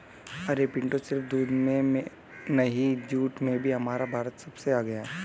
अरे पिंटू सिर्फ दूध में नहीं जूट में भी हमारा भारत सबसे आगे हैं